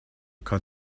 kann